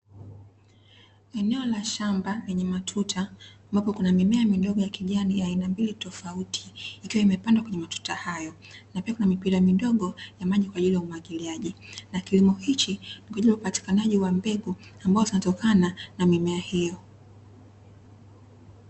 Eneo la shamba lenye matuta ambapo kuna mimea midogo ya kijani ya aina mbili tofauti ikiwa imepandwa kwenye matuta hayo na pia kuna mipira midogo ya maji kwa ajili ya umwagiliaji, na kilimo hiki kwa ajili ya upatikanaji wa mbegu ambayo zinatokana na mimea hiyo.